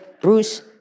Bruce